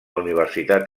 universitat